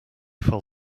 fell